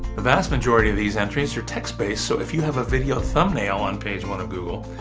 the vast majority of these entries are text-based, so if you have a video thumbnail on page one of google,